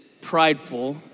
prideful